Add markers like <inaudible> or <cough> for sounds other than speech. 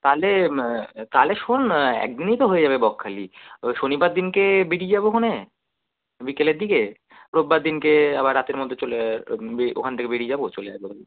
তালে তালে শোন না একদিনেই তো হয়ে যাবে বকখালি ও শনিবার দিনকে বেরিয়ে যাবো খনে বিকেলের দিকে রোববার দিনকে আবার রাতের মধ্যে চলে বে ওখান থেকে বেরিয়ে যাবো চলে আসবো <unintelligible>